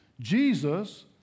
Jesus